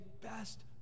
best